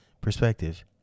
perspective